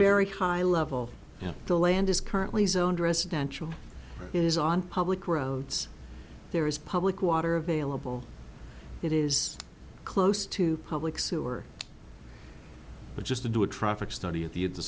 very high level and the land is currently zoned residential is on public roads there is public water available that is close to public sewer but just to do a traffic study at the